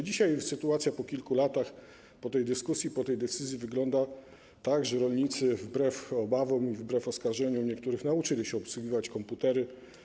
Dzisiaj sytuacja po kilku latach, po tej dyskusji, po tej decyzji wygląda tak, że rolnicy wbrew obawom i wbrew oskarżeniu niektórych nauczyli się obsługiwać komputery.